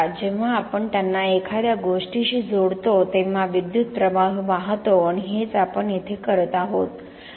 जेव्हा आपण त्यांना एखाद्या गोष्टीशी जोडता तेव्हा विद्युत प्रवाह वाहतो आणि हेच आपण येथे करत आहोत